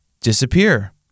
disappear